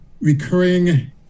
recurring